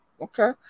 okay